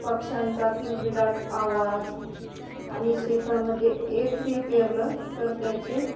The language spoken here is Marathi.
पक्ष्यांचा किलबिलाट आवाज आणि शेतामध्ये एक बी पेरलं तर त्याचे